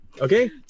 Okay